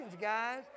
guys